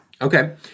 Okay